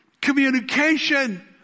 communication